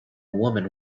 woman